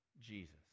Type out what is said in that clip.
jesus